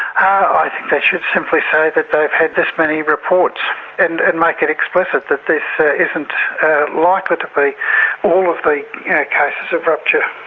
i think they should simply say that they've had this many reports and and make it explicit that this ah isn't likely to be all of the yeah cases of rupture.